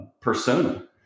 persona